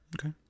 Okay